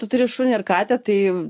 tu turi šunį ar katę tai